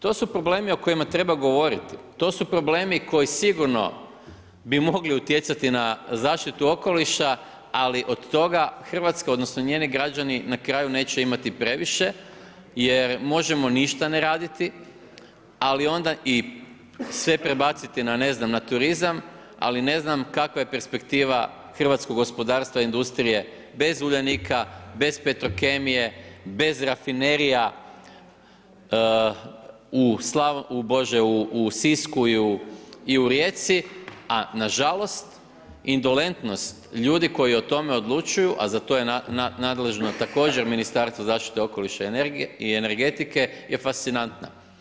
To su problemi o kojima treba govoriti, to su problemi koji sigurno bi mogli utjecati na zaštitu okoliša ali od toga Hrvatska odnosno njeni građani na kraju neće imati previše jer možemo ništa ne raditi, ali onda i sve prebaciti na turizam ali ne znam kakva je perspektiva hrvatskog gospodarstva i industrije bez Uljanika, bez Petrokemije, bez rafinerija u Sisku i u Rijeci a nažalost indolentnost ljudi koji o tome odlučuju a za to je nadležno također Ministarstvo zaštite okoliša i energetike je fascinantna.